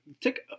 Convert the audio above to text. take